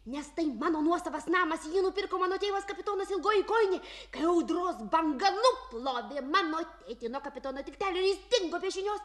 nes tai mano nuosavas namas jį nupirko mano tėvas kapitonas ilgoji kojinė kai audros banga nuplovė mano tėtį nuo kapitono tiltelio jis dingo be žinios